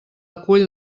acull